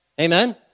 Amen